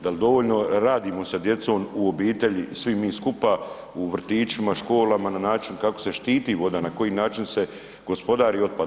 Da li dovoljno radimo sa djecom u obitelji svi mi skupa u vrtićima, školama na način kako se štiti voda, na koji način se gospodari otpadom?